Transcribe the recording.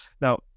Now